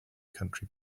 country